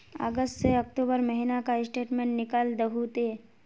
अगस्त से अक्टूबर महीना का स्टेटमेंट निकाल दहु ते?